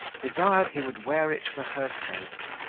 desired he would wear it for her sake.